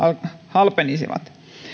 halpenisivat